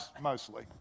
mostly